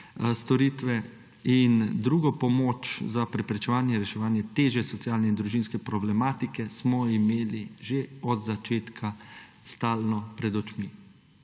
storitve in drugo pomoč za preprečevanje, reševanje težje socialne in družinske problematike smo imeli že od začetka stalno pred očmi.